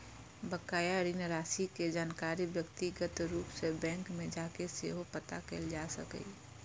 बकाया ऋण राशि के जानकारी व्यक्तिगत रूप सं बैंक मे जाके सेहो पता कैल जा सकैए